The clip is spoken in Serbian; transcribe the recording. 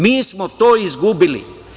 Mi smo to izgubili.